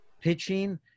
pitching